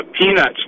peanuts